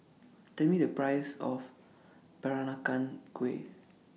Tell Me The Price of Peranakan Kueh